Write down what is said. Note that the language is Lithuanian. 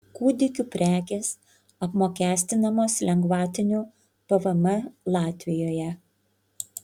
kūdikių prekės apmokestinamos lengvatiniu pvm latvijoje